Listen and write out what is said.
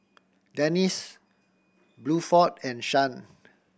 Dennis Bluford and Shan